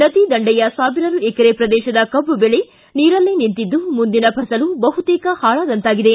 ನದಿ ದಂಡೆಯ ಸಾವಿರಾರು ಎಕರೆ ಪ್ರದೇಶದ ಕಬ್ಬು ಬೆಳೆ ನೀರಲ್ಲೇ ನಿಂತಿದ್ದು ಮುಂದಿನ ಫಸಲು ಬಹುತೇಕ ಹಾಳಾದಂತಾಗಿದೆ